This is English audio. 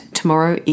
tomorrow